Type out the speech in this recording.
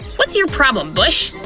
what's your problem, bush!